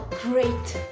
great!